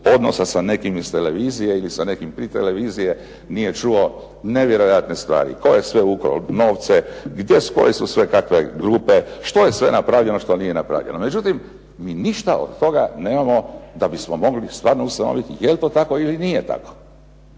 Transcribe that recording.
odnosa sa nekim iz televizije ili sa nekim .../Govornik se ne razumije./... televizije nije čuo nevjerojatne stvari tko je sve ukrao novce, koje su sve kakve grupe, što je sve napravljeno, što nije napravljeno. Međutim, mi ništa od toga nemamo da bismo mogli stvarno ustanoviti je li to tako ili nije tako.